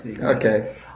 Okay